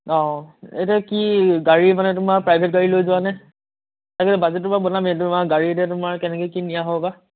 এতিয়া কি গাড়ী মানে তোমাৰ প্ৰাইভেট গাড়ী লৈ যোৱানে তাকে বাজেট তোমাৰ বনামে তোমাৰ গাড়ী এতিয়া তোমাৰ কেনেকৈ কি নিয়া হ'ব বা